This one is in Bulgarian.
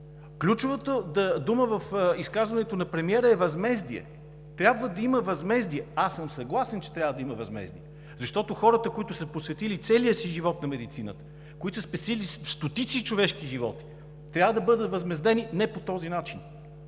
Ключовата дума в изказването на премиера е „възмездие“. Трябва да има възмездие. Аз съм съгласен, че трябва да има възмездие, защото хората, които са посветили целия си живот на медицината, които са спасили стотици човешки животи, трябва да бъдат възмездени не по този начин.